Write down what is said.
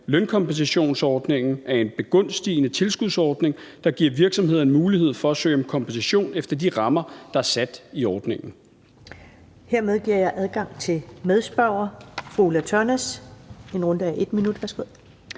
Lønkompensationsordningen er en begunstigende tilskudsordning, der giver virksomhederne mulighed for at søge om kompensation efter de rammer, der er sat i ordningen.